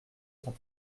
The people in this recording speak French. cent